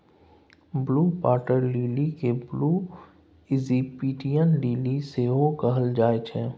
blue water lily केँ blue Egyptian lily सेहो कहल जाइ छै